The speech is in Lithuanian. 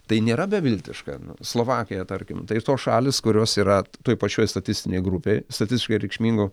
tai nėra beviltiška slovakija tarkim tai tos šalys kurios yra toj pačioj statistinėj grupėj statistiškai reikšmingų